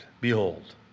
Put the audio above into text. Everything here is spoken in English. Behold